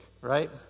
right